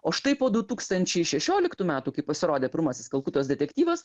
o štai po du tūkstančiai šešioliktų metų kai pasirodė pirmasis kalkutos detektyvas